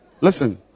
Listen